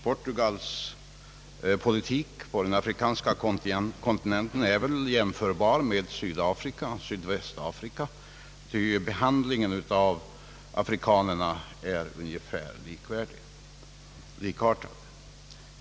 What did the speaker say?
Portugals politik på den afrikanska kontinenten är väl jämförbar med den som bedrivs i Sydafrika och Syd västafrika, då behandlingen av afrikanerna är ungefär likartad.